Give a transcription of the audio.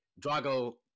Drago